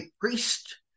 priest